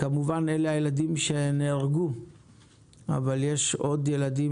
אלה הילדים שנהרגו אבל יש כמובן עוד ילדים